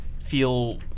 feel